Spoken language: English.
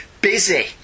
busy